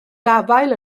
gafael